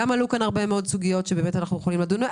עלו פה גם הרבה מאוד סוגיות שאנחנו צריכים עוד לדון בהן,